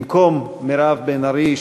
במקום מירב בן ארי,